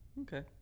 Okay